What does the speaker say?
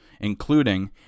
including